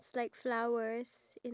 oh ya